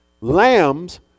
Lambs